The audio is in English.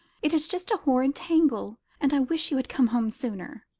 it is just a horrid tangle, and i wish you had come home sooner.